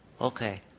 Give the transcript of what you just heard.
okay